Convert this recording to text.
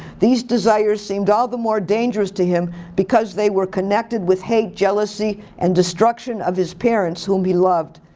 these desires seemed all the more dangerous to him because they were connected with hate, jealousy, and destruction of his parents whom he loved.